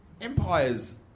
Empire's